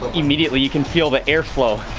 but immediately you can feel the airflow,